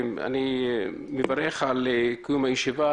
אני מברך על קיום הישיבה,